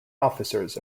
officers